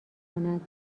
کند